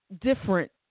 different